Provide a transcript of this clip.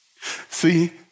See